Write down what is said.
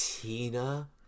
Tina